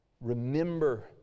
Remember